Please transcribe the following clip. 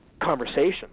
conversation